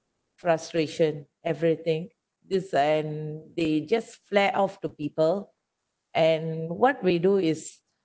frustration everything this and they just flare of to people and what we do is